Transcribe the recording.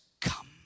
Come